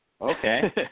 Okay